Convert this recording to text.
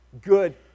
good